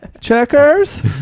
Checkers